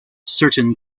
certain